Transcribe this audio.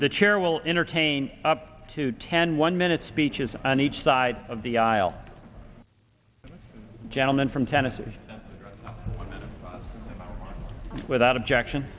the chair will entertain up to ten one minute speeches on each side of the aisle gentleman from tennessee without objection